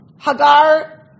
Hagar